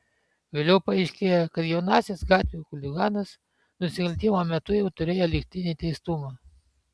vėliau paaiškėjo kad jaunasis gatvių chuliganas nusikaltimo metu jau turėjo lygtinį teistumą